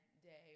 day